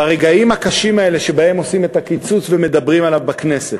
ברגעים הקשים האלה שבהם עושים את הקיצוץ ומדברים עליו בכנסת,